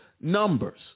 numbers